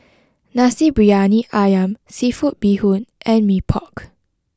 Nasi Briyani Ayam Seafood Bee Hoon and Mee Pok